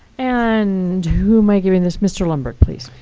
and who am i giving this mr. lundberg, please.